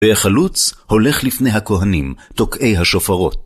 והחלוץ הולך לפני הכהנים, תוקעי השופרות.